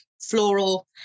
floral